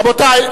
רבותי,